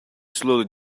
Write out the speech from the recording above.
slowly